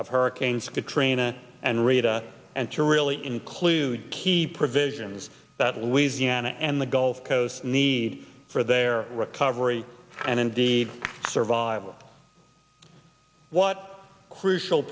of hurricanes katrina and rita and to really include key provisions that louisiana and the gulf coast need for their recovery and indeed survival what crucial